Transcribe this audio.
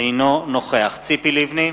אינו נוכח ציפי לבני,